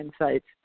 insights